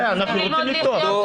כן, אנחנו רוצים לפתוח.